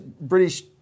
British